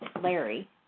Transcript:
Larry